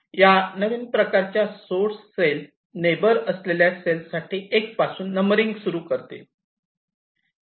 या नवीन प्रकारच्या सोर्स सेल नेबर असलेल्या सेल साठी 1 पासून नंबरिंग सुरू करतील